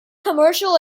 commercial